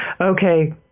Okay